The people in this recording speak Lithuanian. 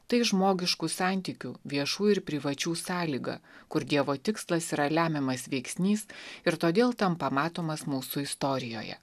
tai žmogiškų santykių viešų ir privačių sąlyga kur dievo tikslas yra lemiamas veiksnys ir todėl tampa matomas mūsų istorijoje